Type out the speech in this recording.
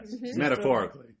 Metaphorically